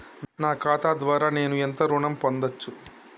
నా ఖాతా ద్వారా నేను ఎంత ఋణం పొందచ్చు?